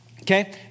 Okay